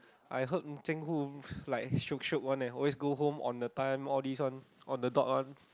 I heard Zheng-Hu like shiok [one] leh always go home on the time all these [one] on the dot [one]